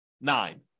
nine